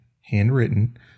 handwritten